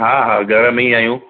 हा हा घर में ई आहियूं